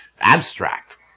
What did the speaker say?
abstract